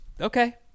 Okay